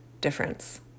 difference